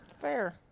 fair